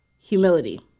humility